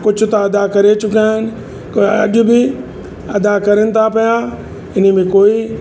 कुझु त अदा करे चुका आहिनि की अॼु बि अदा करनि था पिया इन में कोई